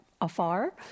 afar